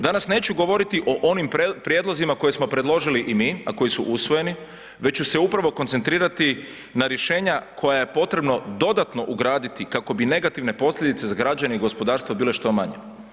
Danas neću govoriti o onim prijedlozima koje smo predložili i mi, a koji su usvojeni, već ću se upravo koncentrirati na rješenja koja je potrebno dodatno ugraditi kako bi negativne posljedice za građane i gospodarstvo bile što manje.